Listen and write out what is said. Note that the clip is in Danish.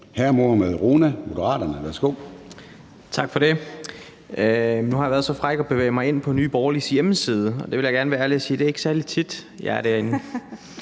21:33 Mohammad Rona (M): Tak for det. Nu har jeg været så fræk at bevæge mig ind på Nye Borgerliges hjemmeside, og jeg vil gerne være ærlig og sige, at det ikke er særlig tit, jeg er derinde.